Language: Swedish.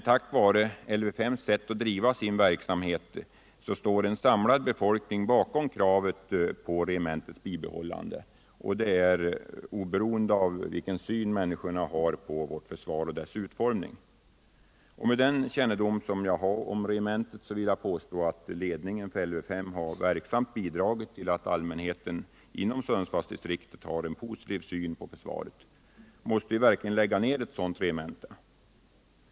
Tack vare Lv 5:s sätt att driva sin verksamhet står en samlad ortsbefolkning bakom kravet på regementets bibehållande, oberoende av vilken syn människorna har på vårt försvar och dess utformning. Med den kännedom jag har om regementet vill jag påstå att ledningen för Lv 5 verksamt bidragit till att allmänheten inom Sundsvallsdistriktet har en positiv syn på försvaret. Måste vi verkligen lägga ned ett sådant regemente?